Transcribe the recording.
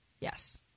Yes